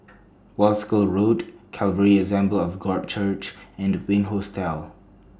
Wolskel Road Calvary Assembly of God Church and Wink Hostel